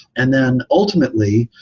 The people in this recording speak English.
and then, ultimately,